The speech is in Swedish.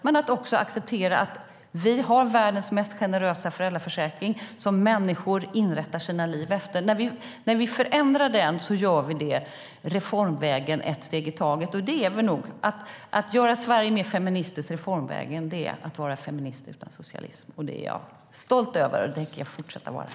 Men vi accepterar även att vi har världens mest generösa föräldraförsäkring som människor inrättar sina liv efter. När vi förändrar den gör vi det reformvägen, ett steg i taget. Så är det nog. Att göra Sverige mer feministiskt reformvägen, det är feminism utan socialism. Det är jag stolt över, och det tänker jag fortsätta att vara.